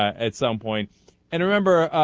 at some point enter ember ah.